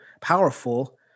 powerful